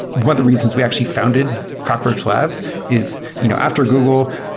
one of the reasons we actually founded cockroach labs is you know after google,